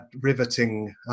riveting